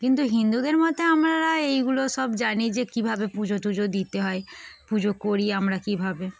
কিন্তু হিন্দুদের মতে আমরা এইগুলো সব জানি যে কীভাবে পুজো টুজো দিতে হয় পুজো করি আমরা কীভাবে